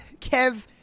Kev